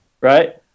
Right